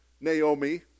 Naomi